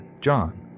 John